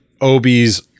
Obi's